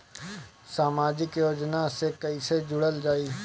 समाजिक योजना से कैसे जुड़ल जाइ?